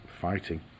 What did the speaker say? fighting